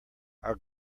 our